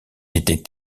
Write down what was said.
était